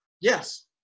yes